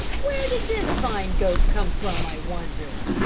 where did this fine goat come from, i wonder,